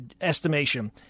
estimation